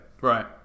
right